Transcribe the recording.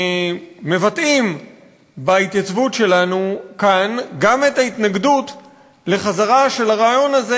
מבטאים בהתייצבות שלנו כאן גם את ההתנגדות לחזרה של הרעיון הזה,